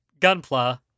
gunpla